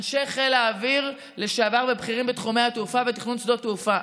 אנשי חיל האוויר לשעבר ובכירים בתחומי התעופה ותכנון שדות תעופה,